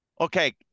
Okay